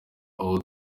aho